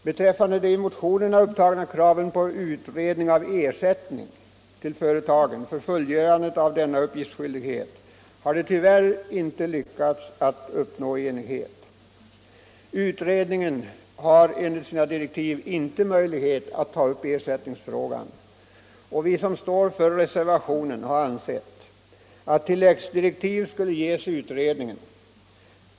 Beträffande de i motionerna upptagna kraven på utredning av ersättning till företagen för fullgörandet av denna uppgiftsskyldighet har det tyvärr inte lyckats att uppnå enighet. Utredningen har enligt sina direktiv inte möjlighet att ta upp ersättningsfrågan, och vi som står för reservationen har ansett att tilläggsdirektiv skulle ges utredningen.